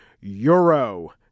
Euro